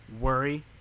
worry